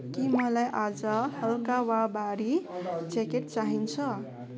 के मलाई आज हलका वा भारी ज्याकेट चाहिन्छ